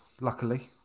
Luckily